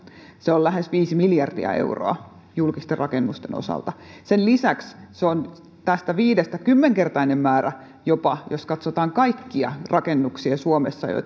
se on lähes viisi miljardia euroa julkisten rakennusten osalta sen lisäksi se on tästä viidestä miljardista jopa kymmenkertainen määrä jos katsotaan kaikkia rakennuksia suomessa